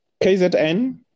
KZN